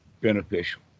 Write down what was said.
beneficial